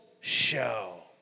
show